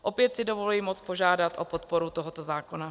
Opět si dovoluji moc požádat o podporu tohoto zákona.